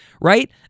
right